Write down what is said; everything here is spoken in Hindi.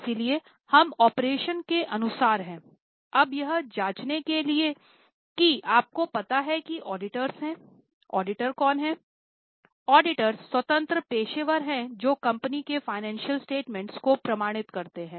इसलिए यह ऑपरेशन के अनुसार है अब यह जाँचने के लिए कि आपको पता है कि ऑडिटर्स स्वतंत्र पेशेवर हैं जो कंपनी के फ़ाइनेंशियल स्टेटमेंट को प्रमाणित करते हैं